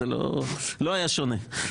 זה לא היה שונה,